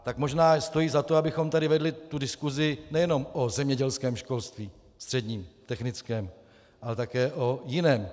Tak možná stojí za to, abychom tady vedli diskusi nejenom o zemědělském školství středním, technickém, ale také o jiném.